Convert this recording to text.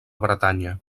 bretanya